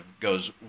goes